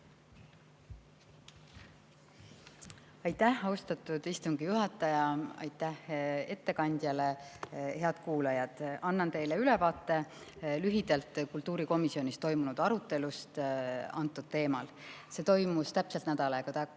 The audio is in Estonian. Aitäh, austatud istungi juhataja! Aitäh ettekandjale! Head kuulajad! Annan teile lühidalt ülevaate kultuurikomisjonis toimunud arutelust antud teemal. See toimus täpselt nädal aega